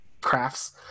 crafts